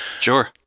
sure